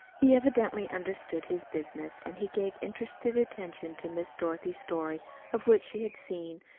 he evidently understood his business, and he gave interested attention to miss dorothy's story of what she had seen,